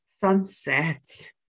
Sunset